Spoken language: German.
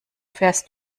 fährst